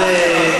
או שהשר אלקין,